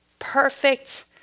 perfect